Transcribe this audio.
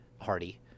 Hardy